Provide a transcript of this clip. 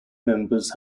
members